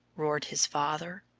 roared his father.